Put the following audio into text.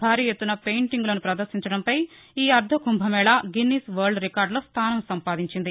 భారీ ఎత్తున పెయింటింగ్ లను ప్రదర్శించడంపై ఈ Ardh Kumbh Mela Guinness world record లో స్థానం సంపాదించింది